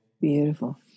Beautiful